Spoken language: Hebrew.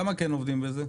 כמה כן עובדים בזה?